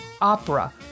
opera